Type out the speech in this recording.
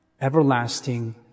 everlasting